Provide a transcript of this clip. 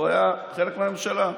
הוא היה חלק מהממשלה,